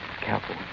Careful